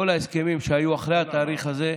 כל ההסכמים שהיו אחרי התאריך הזה,